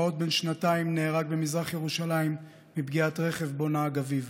פעוט בן שנתיים נהרג במזרח ירושלים מפגיעת רכב שבו נהג אביו.